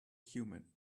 human